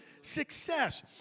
success